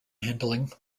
handling